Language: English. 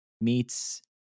meets